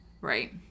Right